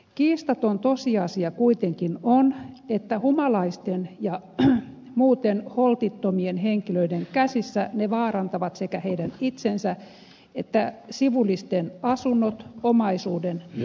kiistaton tosiasia kuitenkin on että humalaisten ja muuten holtittomien henkilöiden käsissä ilotulitteet vaarantavat sekä heidän itsensä että sivullisten asunnot omaisuuden ja terveyden